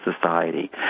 society